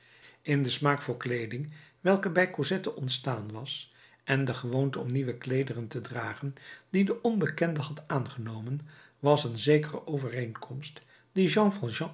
in den smaak voor kleeding welke bij cosette ontstaan was en de gewoonte om nieuwe kleederen te dragen die de onbekende had aangenomen was een zekere overeenkomst die jean